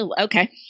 okay